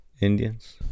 Indians